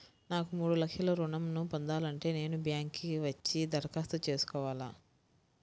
నాకు మూడు లక్షలు ఋణం ను పొందాలంటే నేను బ్యాంక్కి వచ్చి దరఖాస్తు చేసుకోవాలా?